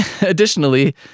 Additionally